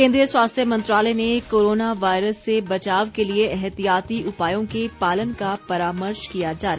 केन्द्रीय स्वास्थ्य मंत्रालय ने कोरोना वायरस से बचाव के लिए एहतियाती उपायों के पालन का परामर्श किया जारी